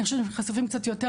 אני חושבת שהם חשופים קצת יותר,